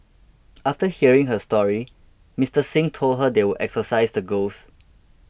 after hearing her story Mister Xing told her they would exorcise the ghosts